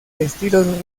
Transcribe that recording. estilos